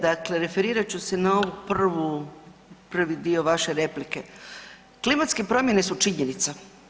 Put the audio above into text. Dakle referirat ću se na ovu prvu, prvi dio vaše replike, klimatske promjene su činjenica.